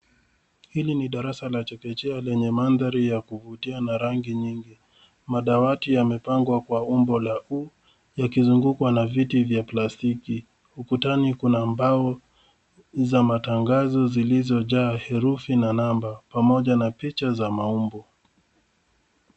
Hili ni darasa la chekechea lenye mandhari ya kuvutia na rangi nyingi. Madawati yamepangwa kwa umbo la u, yakizungukwa na viti vya plastiki. Ukutani kuna mbao za matangazo zilizojaa herufi na namba pamoja na picha za maumbo.